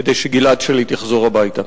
כדי שגלעד שליט יחזור הביתה.